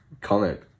comment